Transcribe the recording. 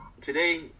Today